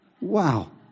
Wow